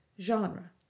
genre